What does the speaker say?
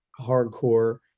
hardcore